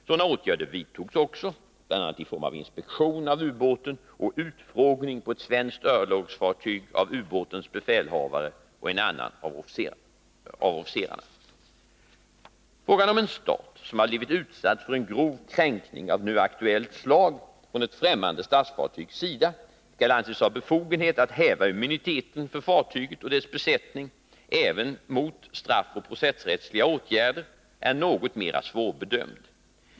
Sådana åtgärder vidtogs också, bl.a. i form av inspektion av ubåten och utfrågning på ett svenskt örlogsfartyg av ubåtens befälhavare och en annan av officerarna. Frågan om en stat som har blivit utsatt för en grov kränkning av nu aktuellt slag från ett främmande statsfartygs sida skall anses ha befogenhet att häva immuniteten för fartyget och dess besättning även mot straffoch processrättsliga åtgärder är något mera svårbedömd.